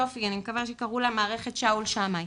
אני מקווה שקראו למערכת שאול שמאי,